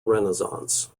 renaissance